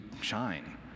shine